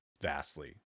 vastly